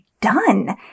done